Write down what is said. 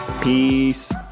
Peace